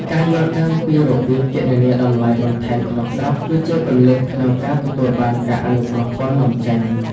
ការយល់ដឹងពីរបៀបគណនាតម្លៃបន្ថែមក្នុងស្រុក គឺជាគន្លឹះក្នុងការទទួលបានការអនុគ្រោះពន្ធនាំចេញ។